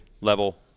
level